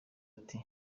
ati